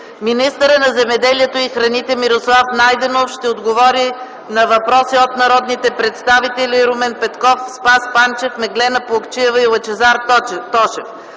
Министърът на земеделието и храните Мирослав Найденов ще отговори на въпроси от народните представители Румен Петков и Спас Панчев; Меглена Плугчиева, и Лъчезар Тошев.